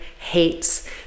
hates